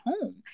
home